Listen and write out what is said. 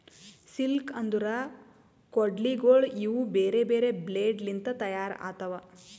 sickle ಅಂದುರ್ ಕೊಡ್ಲಿಗೋಳ್ ಇವು ಬೇರೆ ಬೇರೆ ಬ್ಲೇಡ್ ಲಿಂತ್ ತೈಯಾರ್ ಆತವ್